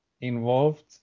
involved